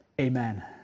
Amen